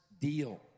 deal